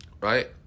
Right